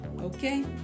Okay